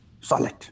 Solid